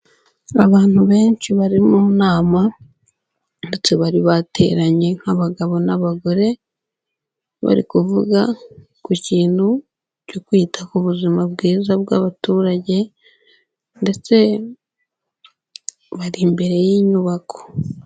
Abantu benshi bari mu nama, bari bateranye nk'abagabo n'abagore, bari kuvuga ku kintu cyo kwita ku buzima bwiza bw'abaturage, ndetse bari imbere yinyubako.